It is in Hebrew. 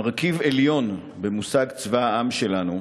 מרכיב עליון במושג "צבא העם" שלנו,